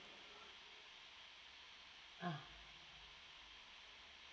uh